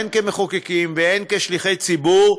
הן כמחוקקים והן כשליחי ציבור,